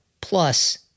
plus